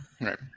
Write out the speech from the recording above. Right